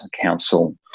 council